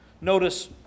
Notice